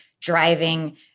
driving